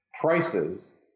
prices